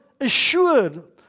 assured